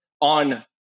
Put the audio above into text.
on